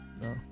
No